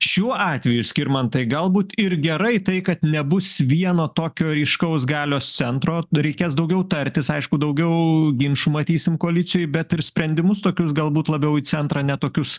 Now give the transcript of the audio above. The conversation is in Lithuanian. šiuo atveju skirmantai galbūt ir gerai tai kad nebus vieno tokio ryškaus galios centro dar reikės daugiau tartis aišku daugiau ginčų matysim koalicijoj bet ir sprendimus tokius galbūt labiau į centrą ne tokius